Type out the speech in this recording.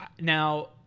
Now